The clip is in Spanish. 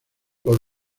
por